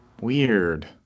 Weird